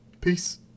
peace